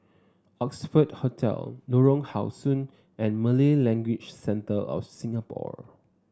Oxford Hotel Lorong How Sun and Malay Language Centre of Singapore